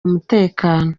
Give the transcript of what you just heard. umutekano